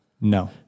No